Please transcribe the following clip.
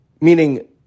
meaning